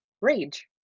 rage